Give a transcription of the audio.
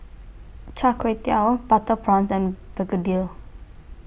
Char Kway Teow Butter Prawns and Begedil